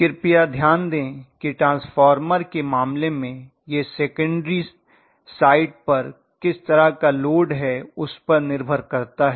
कृपया ध्यान दें कि ट्रांसफार्मर के मामले में यह सेकेंडरी साइड पर किस तरह का लोड है उसपर निर्भर करता है